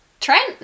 Trent